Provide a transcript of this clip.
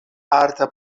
arta